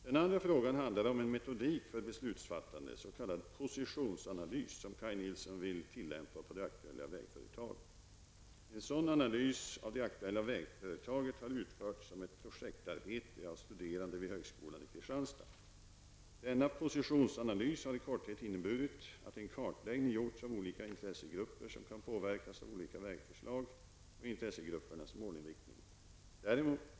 Den andra frågan handlar om en metodik för beslutsfattande, s.k. positionsanalys, som Kaj Nilsson vill tillämpa på det aktuella vägföretaget. En sådan analys av det aktuella vägföretaget har utförts som ett projektarbete av studerande vid Högskolan i Kristianstad. Denna positionsanalys har i korthet inneburit att en kartläggning gjorts av olika intressegrupper som kan påverkas av olika vägförslag och intressegruppernas målinriktning.